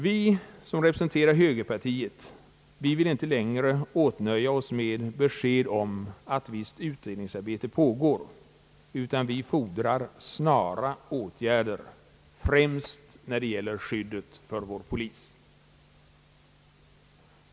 Vi som representerar högerpartiet vill inte längre åtnöja oss med besked om att visst utredningsarbete pågår, utan vi fordrar snara åtgärder, främst när det gäller skyddet av vår polis.